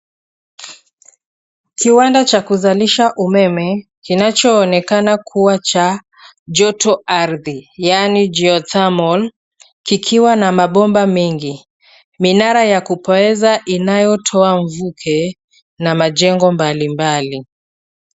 Kiwanda cha kuzalisha umeme, kinachoonekana kuwa cha joto ardhi, yaani geothermal , kikiwa na mabomba mengi. Minara ya kupoeza inayotoa mvuke na majengo mbalimbali.